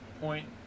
point